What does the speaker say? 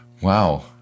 wow